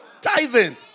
Tithing